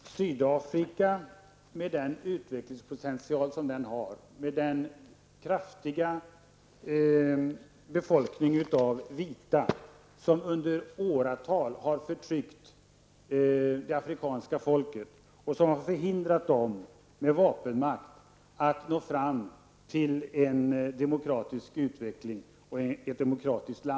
Fru talman! I Sydafrika, med dess utvecklingspotential och dess stora befolkning av vita, är det de vita som under åratal har förtryckt det afrikanska folket och som med vapenmakt har förhindrat det afrikanska folket att nå fram till en utveckling mot en demokrati.